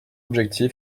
objectif